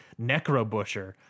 Necrobusher